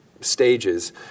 Stages